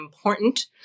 important